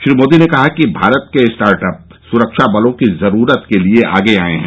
श्री मोदी ने कहा कि भारत के स्टार्टअप सुरक्षा बलों की जरूरत के लिए आगे आए हैं